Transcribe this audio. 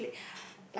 what place